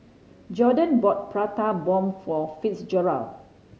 Jordon bought Prata Bomb for Fitzgerald